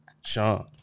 Sean